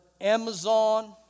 Amazon